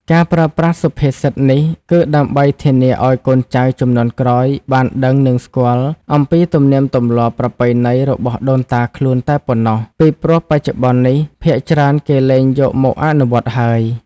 ការប្រើប្រាស់សុភាសិតនេះ គឺដើម្បីធានាអោយកូនចៅជំនាន់ក្រោយបានដឹងនិងស្គាល់អំពីទំនៀមទម្លាប់ប្រពៃណីរបស់ដូនតាខ្លួនតែប៉ុណ្ណោះ ពីព្រោះបច្ចុប្បន្ននេះភាគច្រើនគេលែងយកមកអនុវត្តន៍ហើយ ។